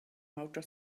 outer